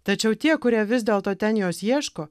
tačiau tie kurie vis dėlto ten jos ieško